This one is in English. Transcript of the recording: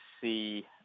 see